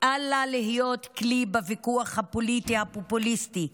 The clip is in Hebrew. להיות כלי בוויכוח הפוליטי הפופוליסטי,